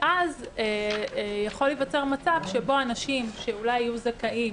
ואז יכול להיווצר מצב שבו אנשים שאולי יהיו זכאים